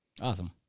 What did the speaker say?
Awesome